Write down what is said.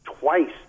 twice